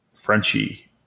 Frenchie